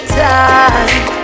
time